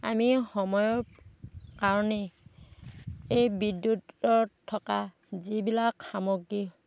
আমি সময়ৰ কাৰণেই এই বিদ্যুতত থকা যিবিলাক সামগ্ৰী